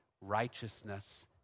righteousness